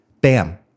Bam